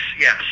yes